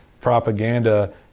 propaganda